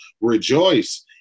rejoice